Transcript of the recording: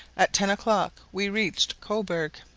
at ten o'clock we reached cobourg.